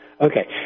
Okay